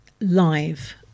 live